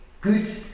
good